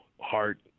heart